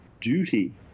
duty